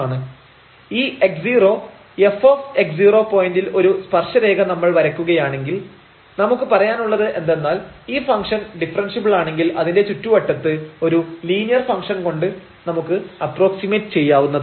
ഈ x0 f പോയിന്റിൽ ഒരു സ്പർശരേഖ നമ്മൾ വരയ്ക്കുകയാണെങ്കിൽ നമുക്ക് പറയാനുള്ളത് എന്തെന്നാൽ ഈ ഫംഗ്ഷൻ ഡിഫറെൻഷ്യബിൾ ആണെങ്കിൽ അതിന്റെ ചുറ്റുവട്ടത്ത് ഒരു ലീനിയർ ഫംഗ്്ഷൻ കൊണ്ട് അപ്പ്രോക്സിമെറ്റ് ചെയ്യാവുന്നതാണ്